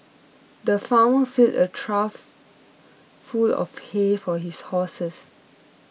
the farmer filled a trough full of hay for his horses